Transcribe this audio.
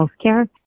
healthcare